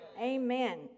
Amen